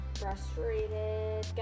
frustrated